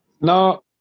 No